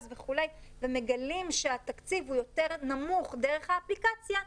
ומגלים שהמחיר יותר נמוך דרך האפליקציה,